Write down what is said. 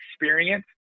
experience